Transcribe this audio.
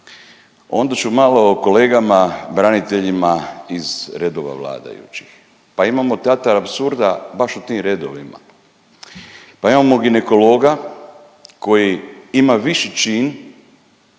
onda ću malo o kolegama braniteljima iz redova vladajućih pa imamo teatar apsurda baš u tim redovima. Pa imamo ginekologa koji ima viši čin